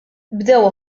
bdew